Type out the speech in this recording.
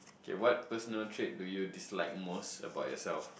okay what personal trait do you dislike most about yourself